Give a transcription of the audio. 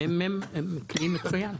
ה-ממ"מ הוא כלי מצוין.